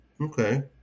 okay